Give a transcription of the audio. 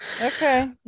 okay